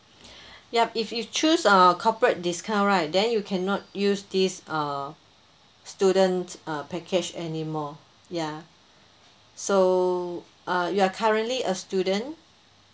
ya if you choose err corporate discount right then you cannot use this err student uh package anymore ya so uh you are currently a student